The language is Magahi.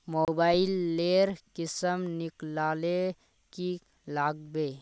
मोबाईल लेर किसम निकलाले की लागबे?